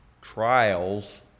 trials